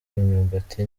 imyumbati